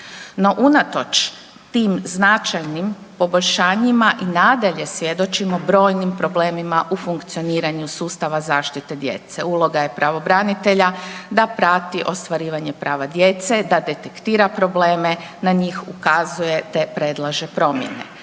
No unatoč tim značajnim poboljšanjima i nadalje svjedočimo brojnim problemima u funkcioniranju sustava zaštite djece. Uloga je pravobranitelja da prati ostvarivanje prava djece, da detektira probleme, na njih ukazuje te predlaže promjene.